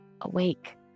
awake